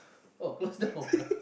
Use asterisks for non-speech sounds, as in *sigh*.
oh close down *laughs*